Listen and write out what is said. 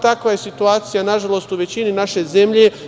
Takva je situacija, nažalost, u većini naše zemlje.